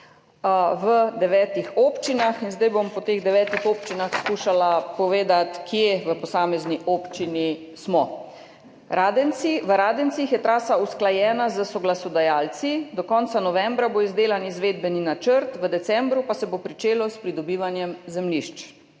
v devetih občinah in zdaj bom po teh devetih občinah skušala povedati, kje smo v posamezni občini. V Radencih je trasa usklajena s soglasodajalci, do konca novembra bo izdelan izvedbeni načrt, v decembru pa se bo pričelo s pridobivanjem zemljišč.